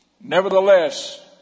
Nevertheless